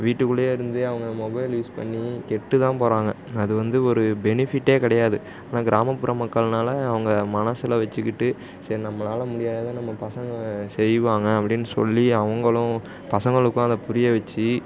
வீட்டுக்குள்ளேயே இருந்து அவங்க மொபைல் யூஸ் பண்ணி கெட்டு தான் போகிறாங்க அது வந்து ஒரு பெனிஃபிட்டே கிடையாது ஆனால் கிராமப்புற மக்கள்னா அவங்க மனசில் வெச்சுக்கிட்டு சரி நம்மளால் முடியாததை நம்ம பசங்க செய்வாங்க அப்படின்னு சொல்லி அவங்களும் பசங்களுக்கும் அதை புரிய வெச்சு